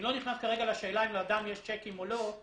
אני לא נכנס כרגע לשאלה אם לאדם יש צ'קים או לא,